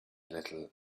little